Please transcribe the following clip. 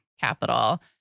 capital